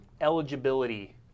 eligibility